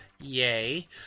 yay